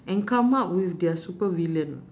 and come up with their super villain